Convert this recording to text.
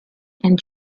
and